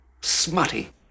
smutty